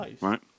right